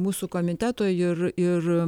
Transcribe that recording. mūsų komiteto ir ir